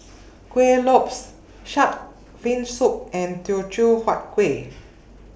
Kueh Lopes Shark's Fin Soup and Teochew Huat Kuih